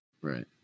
Right